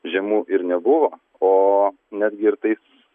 žiemų ir nebuvo o netgi ir tais